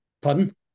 Pardon